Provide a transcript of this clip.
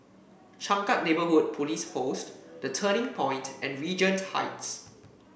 Changkat Neighbourhood Police Post The Turning Point and Regent Heights